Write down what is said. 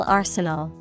arsenal